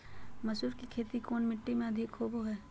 मसूर की खेती कौन मिट्टी में अधीक होबो हाय?